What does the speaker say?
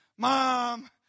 Mom